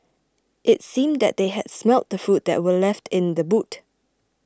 it seemed that they had smelt the food that were left in the boot